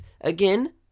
again